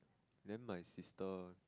then my sister